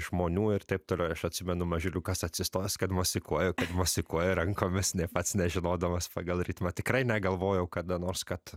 žmonių ir taip toliau aš atsimenu mažiuliukas atsistos kad mosikuoja mosikuoja rankomis nė pats nežinodamas pagal ritmą tikrai negalvojau kada nors kad